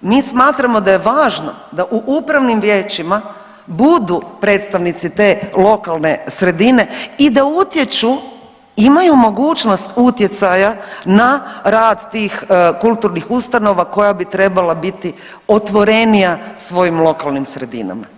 mi smatramo da je važno da u upravnim vijećima budu predstavnici te lokalne sredine i da utječu, imaju mogućnost utjecaja na rad tih kulturnih ustanova koja bi trebala biti otvorenija svojim lokalnim sredinama.